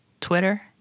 twitter